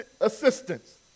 assistance